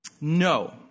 No